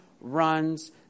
runs